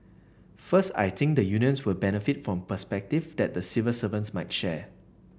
first I think the unions will benefit from perspective that the civil servants might share